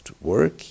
work